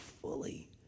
fully